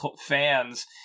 fans